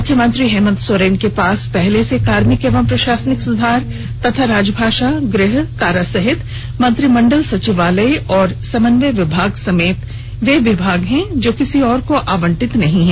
मुख्यमंत्री हेमंत सोरेन के पास पहले से कार्मिक एवं प्रशासनिक सुधार तथा राजभाषा गृह कारा सहित मंत्रिमंडल सचिवालय एवं समन्वय विभाग समेत वो विभाग हैं जो किसी को आवंटित नहीं हैं